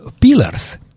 pillars